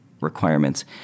requirements